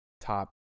top